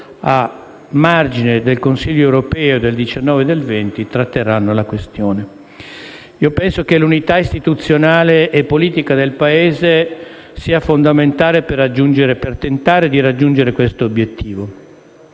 a margine del Consiglio europeo del 19 e del 20 ottobre tratteranno la questione. Io penso che l'unità istituzionale e politica del Paese sia fondamentale per tentare di raggiungere questo obiettivo.